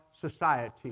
society